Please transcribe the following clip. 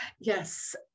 Yes